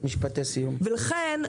ולכן,